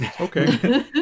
Okay